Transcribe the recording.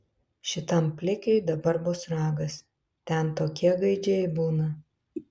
šitam plikiui dabar bus ragas ten tokie gaidžiai būna